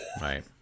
Right